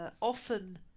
often